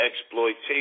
exploitation